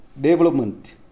development